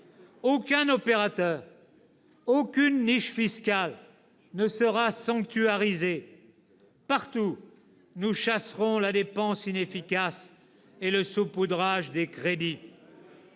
aucun opérateur, aucune niche fiscale ne sera sanctuarisé. Partout, nous chasserons la dépense inefficace et le saupoudrage de crédits.